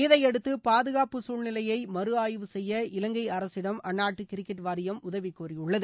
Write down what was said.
இதையடுத்து பாதுகாப்பு சூழ்நிலையை மறுஆய்வு செய்ய இலங்கை அரசிடம் அந்நாட்டு கிரிக்கெட் வாரியம் உதவி கோரியுள்ளது